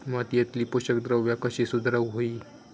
मातीयेतली पोषकद्रव्या कशी सुधारुक होई?